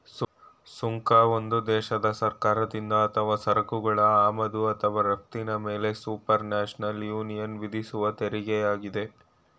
ಸುಂಕ ಒಂದು ದೇಶದ ಸರ್ಕಾರದಿಂದ ಅಥವಾ ಸರಕುಗಳ ಆಮದು ಅಥವಾ ರಫ್ತಿನ ಮೇಲೆಸುಪರ್ನ್ಯಾಷನಲ್ ಯೂನಿಯನ್ವಿಧಿಸುವತೆರಿಗೆಯಾಗಿದೆ